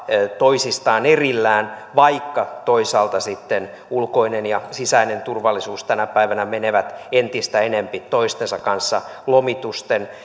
toisistaan erillään vaikka toisaalta sitten ulkoinen ja sisäinen turvallisuus tänä päivänä menevät entistä enempi toistensa kanssa lomitusten